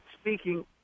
Speaking